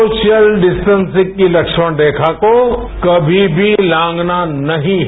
social distancing की लक्ष्मण रेखा को कभी भी लांघना नहीं है